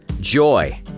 Joy